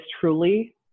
truly